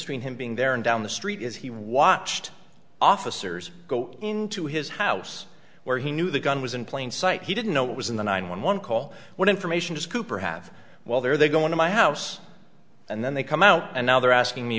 screen him being there and down the street as he watched officers go into his house where he knew the gun was in plain sight he didn't know what was in the nine one one call what information does cooper have while they are they going to my house and then they come out and now they're asking me